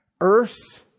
Earth's